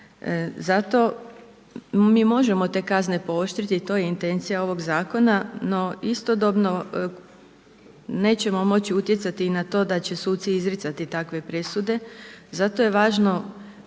Zato mi možemo te kazne pooštriti i to je intencija ovog zakona, no istodobno nećemo moći utjecati i na to da će suci izricati takve presude. Zato je važno